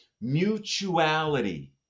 mutuality